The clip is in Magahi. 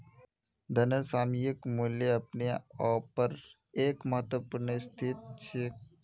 धनेर सामयिक मूल्य अपने आपेर एक महत्वपूर्ण स्थिति छेक